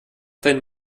deinen